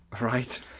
Right